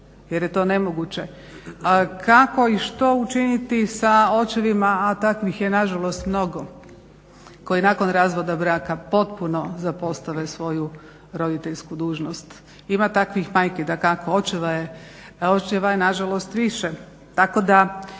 jer je to nemoguće, kako i što učiniti sa očevima, a takvih je nažalost mnogo, koji nakon razvoda braka potpuno zapostave svoju roditeljsku dužnost. Ima takvih i majki, dakako očeva je nažalost više.